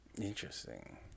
interesting